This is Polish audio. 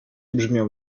brzmiał